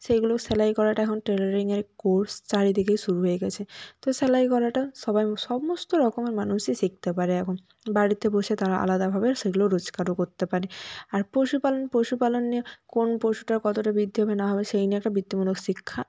সেইগুলো সেলাই করাটা এখন টেলারিংয়ের কোর্স চারিদিকে শুরু হয়ে গেছে তো সেলাই করাটা সবাই সমস্ত রকমের মানুষই শিখতে পারে এখন বাড়িতে বসে তারা আলাদাভাবে সেগুলো রোজগারও করতে পারে আর পশুপালন পশুপালন নিয়ে কোন পশুটার কতটা বৃদ্ধি হবে না হবে সেই নিয়ে একটা বৃত্তিমূলক শিক্ষা